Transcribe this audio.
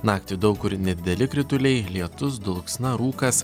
naktį daug kur nedideli krituliai lietus dulksna rūkas